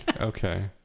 Okay